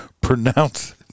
pronounce